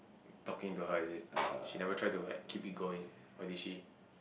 talking to her is it she never try to like keep you going did she